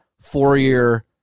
four-year